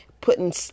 putting